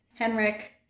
Henrik